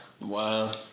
Wow